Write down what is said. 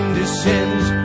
descends